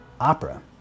opera